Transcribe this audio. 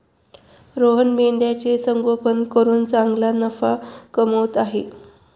रोहन मेंढ्यांचे संगोपन करून चांगला नफा कमवत आहे